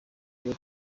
kuba